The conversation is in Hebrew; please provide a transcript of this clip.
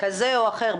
כזה או אחר,